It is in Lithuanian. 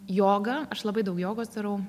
joga aš labai daug jogos darau